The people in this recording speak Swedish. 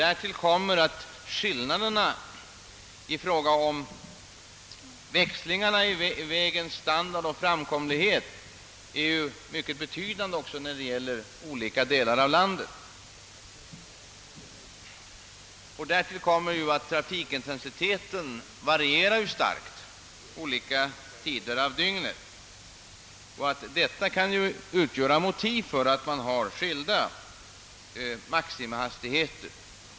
Därtill kommer att skillnaderna i fråga om växlingarna i vägars standard och framkomlighet också är mycket betydande i olika delar av landet. Vidare varierar ju trafikintensiteten starkt olika tider av dygnet. Det kan utgöra motiv för skilda maximihastigheter.